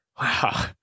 wow